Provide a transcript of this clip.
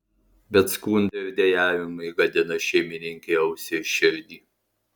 bet skundai ir dejavimai gadina šeimininkei ausį ir širdį